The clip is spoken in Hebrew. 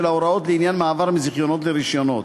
ההוראות לעניין מעבר מזיכיונות לרישיונות.